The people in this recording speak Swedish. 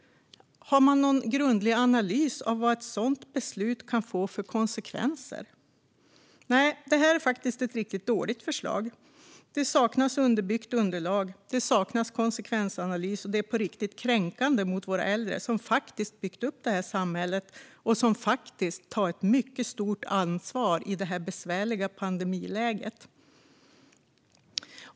Finns det någon grundlig analys av vilka konsekvenser ett sådant beslut kan få? Nej, detta är faktiskt ett riktigt dåligt förslag. Det saknas underbyggt underlag, det saknas konsekvensanalys och det är på riktigt kränkande mot våra äldre, som byggt upp detta samhälle och som faktiskt tar ett mycket stort ansvar i det här besvärliga pandemiläget.